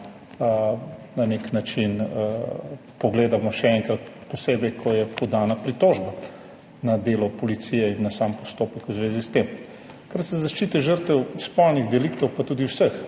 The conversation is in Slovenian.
na nek način pogledamo še enkrat, posebej ko je podana pritožba na delo policije in na sam postopek v zvezi s tem. Kar se tiče zaščite žrtev spolnih deliktov, pa tudi vseh